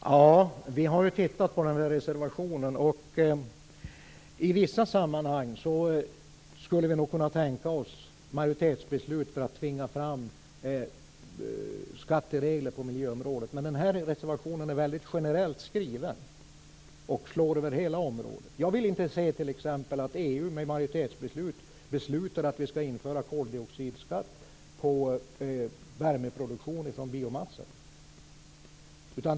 Herr talman! Vi har tittat på den reservationen. I vissa sammanhang skulle vi nog kunna tänka oss majoritetsbeslut för att tvinga fram skatteregler på miljöområdet, men den här reservationen är väldigt generellt skriven och slår över hela området. Jag vill inte se t.ex. att EU med majoritetsbeslut inför koldioxidskatt på värmeproduktion från biomassa.